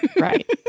Right